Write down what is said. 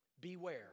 Beware